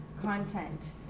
content